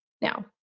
Now